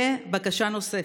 ובקשה נוספת: